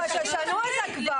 אז לסגור את הישיבה?